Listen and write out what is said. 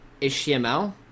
HTML